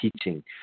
teaching